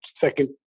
second